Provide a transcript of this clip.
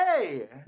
hey